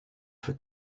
for